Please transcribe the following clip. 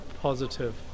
positive